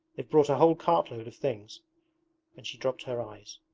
they've brought a whole cartload of things and she dropped her eyes.